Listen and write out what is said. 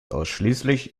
ausschließlich